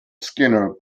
skinner